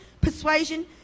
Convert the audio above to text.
persuasion